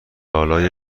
آلا